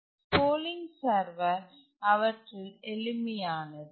polling server அவற்றில் எளிமையானது